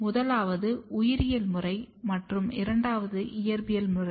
முதலாவது உயிரியல் முறை மற்றும் இரண்டாவது இயற்பியல் முறை